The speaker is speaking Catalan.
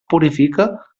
purifica